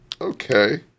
Okay